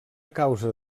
causa